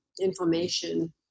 inflammation